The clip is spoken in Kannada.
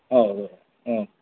ಹೌದು ಹ್ಞೂ